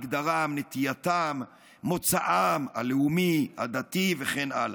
מגדרם, נטייתם, מוצאם הלאומי, הדתי וכן הלאה.